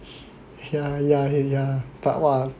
ya ya ya but !wah!